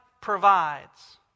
provides